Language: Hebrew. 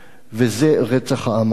וזה רצח העם הארמני.